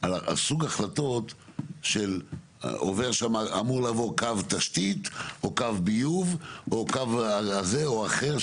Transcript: על סוג החלטות שאמור לעבור שם קו תשתית או קו ביוב או קו הזה או אחר,